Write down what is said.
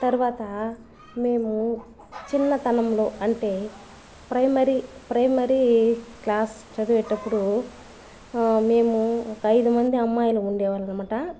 తర్వాత మేము చిన్నతనంలో అంటే ప్రైమరీ ప్రైమరీ క్లాస్ చదివేటప్పుడు మేము ఒక ఐదు మంది అమ్మాయిలు ఉండేవాళ్ళమటా